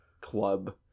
club